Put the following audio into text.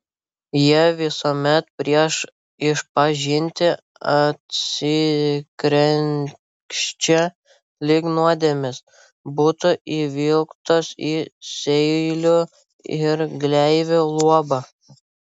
jie visuomet prieš išpažintį atsikrenkščia lyg nuodėmės būtų įvilktos į seilių ir gleivių luobą